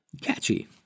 Catchy